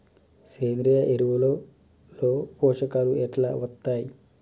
సేంద్రీయ ఎరువుల లో పోషకాలు ఎట్లా వత్తయ్?